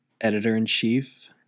editor-in-chief